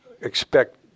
expect